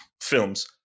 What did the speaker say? films